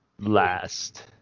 Last